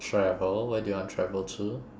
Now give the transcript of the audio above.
travel where do you want travel to